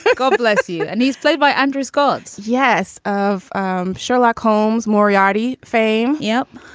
like oh, bless you. and he's played by andrew scott yes. of um sherlock holmes moriarty fame. yep.